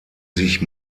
sich